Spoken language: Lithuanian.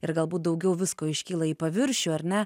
ir galbūt daugiau visko iškyla į paviršių ar ne